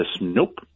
nope